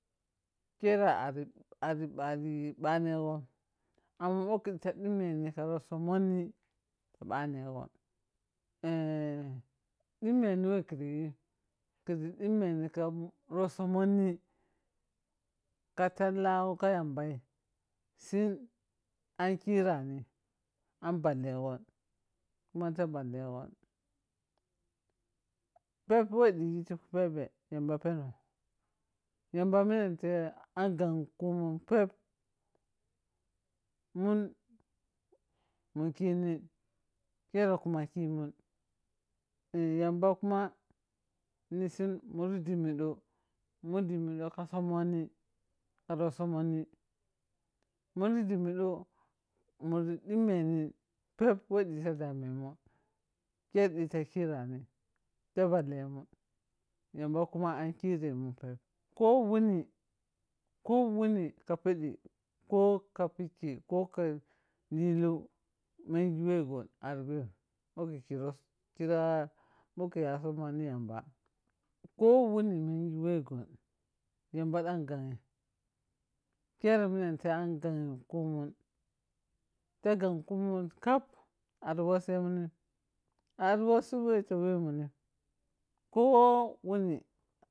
Khere ar-ari ari ɓhanehgho amma wo khiȝii ta ƌhimmeniwɛ kiri yhi kiri ɗhimmeni ka reltso mhonni ka talla ghoka yambaii sin an kyirani am ɓhallehgho kuma ta ɓhalle gho pheb wɛ ƌhighi to ti pheɓhe yamba phennoh yambamenne an ghap kumunni phep munn mun khinig kere kuma khimun yamba kuma nisin murri ƌhimmi ƌo mu ƌhimmi ɗo ka sgmmohni ka rudso mhonni murri ƌhimmi ɗo murri ɗhimmeni pheb wɛ ɗhita damemun keri ɗhita kirani ta phalle mun yamba ka an kiremun phep koh wuni ko whuni ka pheɗi ko ka phikki ko ka kilui meng wɛ gho ari rha ɓhoki yaa summoh ni yamba ko woni menjiwɛ gho yamba ɗan ghaga kere minente ang ghag kumun te gheg kumun khap ari washemun ari washuri wɛ te wɛmun kowoni.